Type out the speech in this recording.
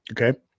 Okay